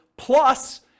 plus